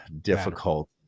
difficult